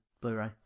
Blu-ray